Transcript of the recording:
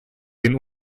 den